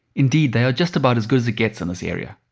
indeed they are just about as good as it gets in this area.